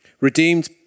redeemed